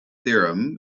theorem